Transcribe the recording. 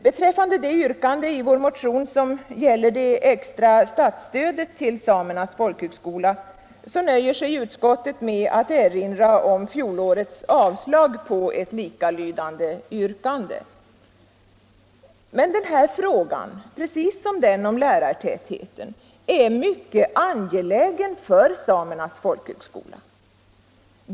Beträffande det yrkande i vår motion som gäller det extra statsstödet till Samernas folkhögskola nöjer sig utskottet med att erinra om fjolårets avslag på ett likalydande yrkande. Men denna fråga — liksom den om lärartätheten - är mycket angelägen för Samernas folhögskola.